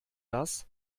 das